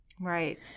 Right